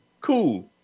cool